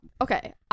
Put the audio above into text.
Okay